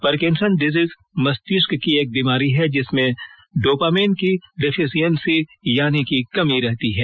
Parkinson disease मस्तिष्क की एक बीमारी है जिसमें डोपामेन की डिफिसियेन्सी यानि की कमी रहती है